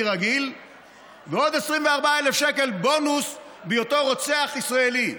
רגיל ועוד 24,000 שקל בונוס בהיותו רוצח ישראלי.